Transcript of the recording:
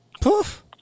Poof